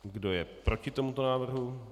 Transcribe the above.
Kdo je proti tomuto návrhu?